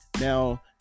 now